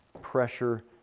pressure